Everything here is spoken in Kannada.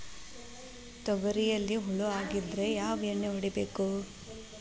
ತೊಗರಿಯಲ್ಲಿ ಹುಳ ಆಗಿದ್ದರೆ ಯಾವ ಎಣ್ಣೆ ಹೊಡಿಬೇಕು?